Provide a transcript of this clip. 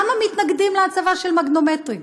למה מתנגדים להצבה של מגנומטרים?